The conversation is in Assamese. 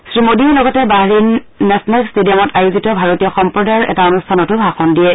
শ্ৰীমোডীয়ে লগতে বাহৰেইন নেছনেল ট্টেডিয়ামত আয়োজিত ভাৰতীয় সম্প্ৰদায়ৰ এটা অনুষ্ঠানতো ভাষণ দিয়ে